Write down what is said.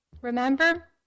Remember